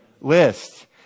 list